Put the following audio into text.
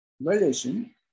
relation